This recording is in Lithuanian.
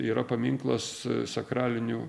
yra paminklas sakralinių